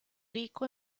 rico